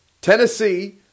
Tennessee